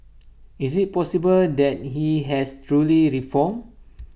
is IT possible that he has truly reformed